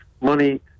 money